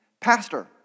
pastor